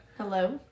Hello